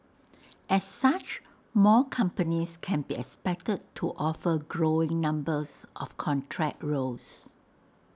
as such more companies can be expected to offer growing numbers of contract roles